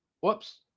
Whoops